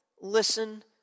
listen